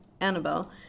Annabelle